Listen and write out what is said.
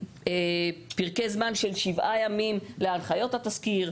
פרקי זמן של שבעה ימים להנחיות התזכיר,